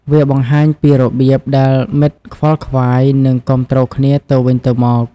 វាបង្ហាញពីរបៀបដែលមិត្តខ្វល់ខ្វាយ និងគាំទ្រគ្នាទៅវិញទៅមក។